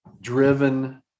driven